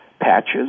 patches